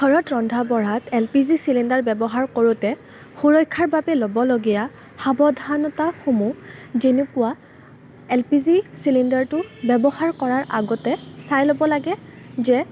ঘৰত ৰন্ধা বঢ়াত এল পি জি চিলিণ্ডাৰ ব্যৱহাৰ কৰোঁতে সুৰক্ষাৰ বাবে ল'বলগীয়া সাৱধানতাসমূহ যেনেকুৱা এল পি জি চিলিণ্ডাৰটো ব্যৱহাৰ কৰাৰ আগতে চাই ল'ব লাগে যে